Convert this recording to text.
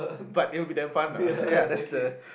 but it'll be damn fun lah ya that's the